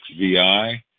XVI